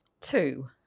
two